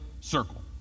circle